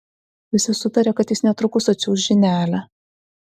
visi sutarė kad jis netrukus atsiųs žinelę